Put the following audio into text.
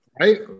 Right